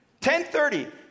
10.30